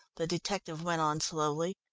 the detective went on slowly,